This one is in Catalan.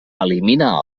elimina